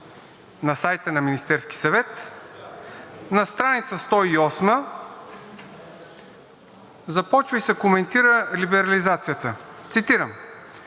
на сайта на Министерския съвет на страница 108 започва и се коментира либерализацията. Цитирам: